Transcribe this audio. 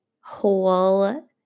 whole